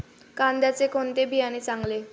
कांद्याचे कोणते बियाणे चांगले?